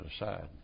aside